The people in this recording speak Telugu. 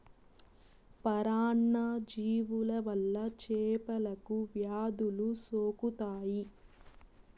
పరాన్న జీవుల వల్ల చేపలకు వ్యాధులు సోకుతాయి